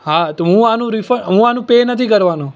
હા તો હું આનું રિફં હું આનું પે નથી કરવાનો